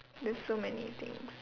there's so many things